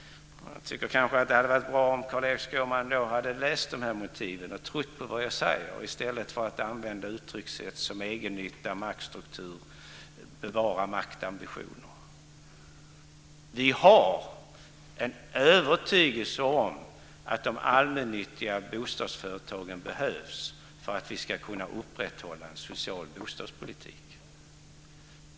Det hade kanske varit bra om Carl-Erik Skårman hade läst de här motiven och trott på vad jag säger i stället för att använda uttryckssätt som egennytta, maktstruktur och bevarande av maktambitioner. Vi har en övertygelse att de allmännyttiga bostadsföretagen behövs för att vi ska kunna upprätthålla en social bostadspolitik.